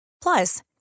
Plus